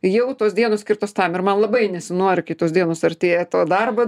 jau tos dienos skirtos tam ir man labai nesinori kai tos dienos artėja to darbo